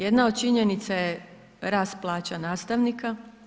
Jedna od činjenica je rast plaća nastavnika.